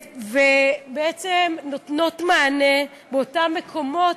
ובעצם נותנות מענה לאותם מקומות,